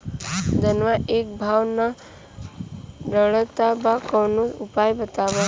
धनवा एक भाव ना रेड़त बा कवनो उपाय बतावा?